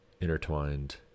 intertwined